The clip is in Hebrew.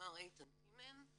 מר איתן טימן,